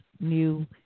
new